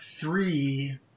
three